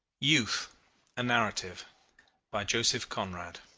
youth a narrative by joseph conrad.